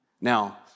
Now